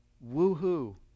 Woo-hoo